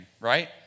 right